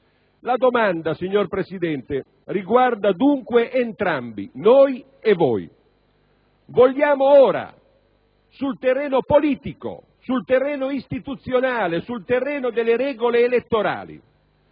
La domanda, signor Presidente, riguarda dunque entrambi, noi e voi. Vogliamo ora - sul terreno politico, sul terreno istituzionale, sul terreno delle regole elettorali